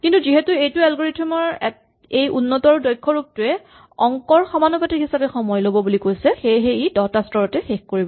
কিন্তু যিহেতু এইটো এলগৰিথম ৰ এই উন্নত আৰু দক্ষ ৰূপটোৱে অংকৰ সমানুপাতিক হিচাপে সময় ল'ব বুলি কৈছে সেয়েহে ই দহটা স্তৰতে শেষ কৰিব